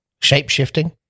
shapeshifting